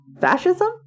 fascism